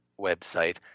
website